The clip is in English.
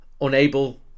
unable